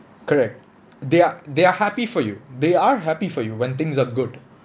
correct they're they're happy for you they are happy for you when things are good